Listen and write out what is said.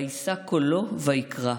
וישא קולו, ויקרא,